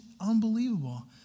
unbelievable